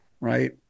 right